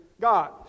God